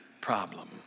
problem